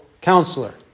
counselor